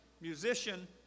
musician